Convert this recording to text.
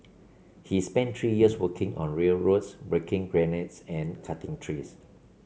he spent three years working on railroads breaking granite and cutting trees